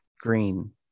Green